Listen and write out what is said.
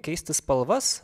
keisti spalvas